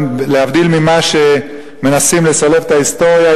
להבדיל ממה שמנסים לסלף את ההיסטוריה,